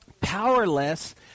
Powerless